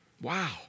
Wow